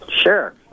Sure